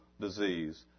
disease